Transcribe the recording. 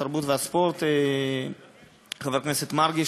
התרבות והספורט חבר הכנסת מרגי,